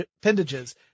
appendages